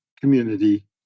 community